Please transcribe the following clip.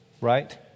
Right